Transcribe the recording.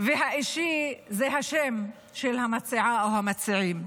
והאישי זה השם של המציעה או המציעים.